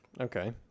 Okay